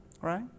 right